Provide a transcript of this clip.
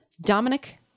Dominic